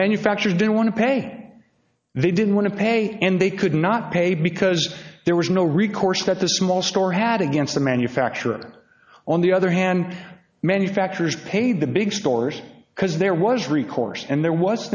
manufactures didn't want to pay they didn't want to pay and they could not pay because there was no recourse that the small store had again the manufacturer on the other hand manufacturers paid the big stores because there was recourse and there was